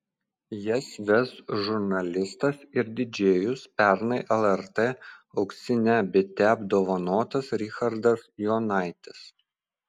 jas ves žurnalistas ir didžėjus pernai lrt auksine bite apdovanotas richardas jonaitis